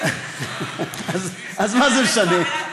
אז מה זה משנה?